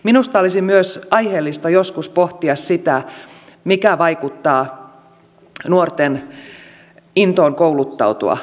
minusta olisi myös aiheellista joskus pohtia sitä mikä vaikuttaa nuorten intoon kouluttautua